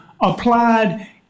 applied